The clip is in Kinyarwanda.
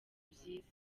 byiza